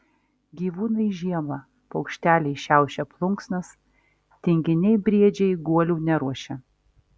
gyvūnai žiemą paukšteliai šiaušia plunksnas tinginiai briedžiai guolių neruošia